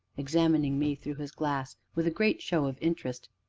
examining me through his glass with a great show of interest,